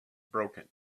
broken